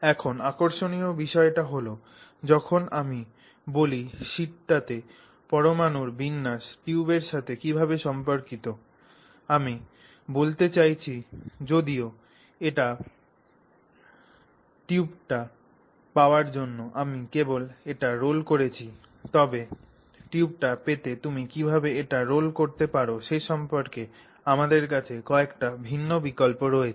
এখন আকর্ষণীয় বিষয়টি হল যখন আমি বলি শীটটিতে পরমাণুর বিন্যাস টিউবের সাথে কীভাবে সম্পর্কিত আমি বলতে চাইছি যদিও এটি টিউবটি পাওয়ার জন্য আমি কেবল এটি রোল করেছি তবে টিউবটি পেতে তুমি কীভাবে এটি রোল করতে পার সে সম্পর্কে আমাদের কাছে কয়েকটি ভিন্ন বিকল্প রয়েছে